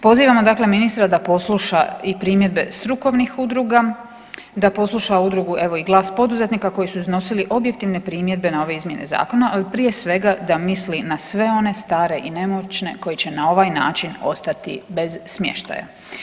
Pozivamo dakle ministra da posluša i primjedbe strukovnih udruga, da posluša udrugu evo i Glas poduzetnika koji su iznosili objektivne primjedbe na ove izmjene zakona, a prije svega da misli na sve one stare i nemoćne koji će na ovaj način ostati bez smještaja.